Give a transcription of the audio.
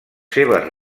seves